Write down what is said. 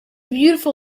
beautiful